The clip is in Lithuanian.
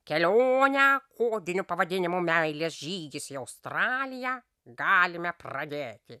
kelionę kodiniu pavadinimu meilės žygis į australiją galime pradėti